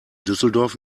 düsseldorf